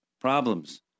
problems